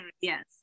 Yes